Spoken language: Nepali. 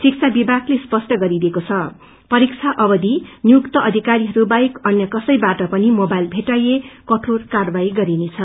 शिक्षा विभागले स्पष्अ गरिदिएको छ परीक्षाको अवधि नियुक्त अधिकारीहरू बाहेक अन्य कसैबाट पनि मोबाईल भेटाइए कठोर कार्वाही गरिनेछ